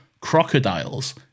Crocodiles